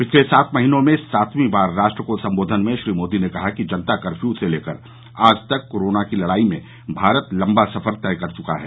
पिछले सात महीनों में सातवीं बार राष्ट्र को संबोधन में श्री मोदी ने कहा कि जनता कर्फयू से लेकर आज तक कोरोना से लड़ाई में भारत लंबा सफर तय कर चका है